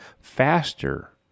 faster